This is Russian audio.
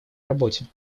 работе